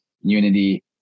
unity